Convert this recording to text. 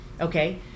Okay